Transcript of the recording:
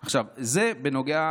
עכשיו, זה בנוגע,